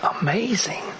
amazing